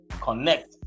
Connect